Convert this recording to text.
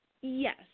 Yes